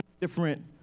different